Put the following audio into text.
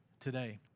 today